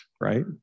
right